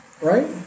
right